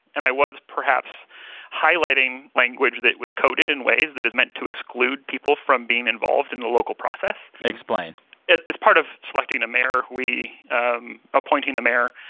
and i was perhaps highlighting language that was coded in ways that is meant to exclude people from being involved in the local process explain it's part of selecting a mayor. we um appointing a mayor.